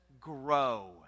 grow